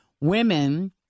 women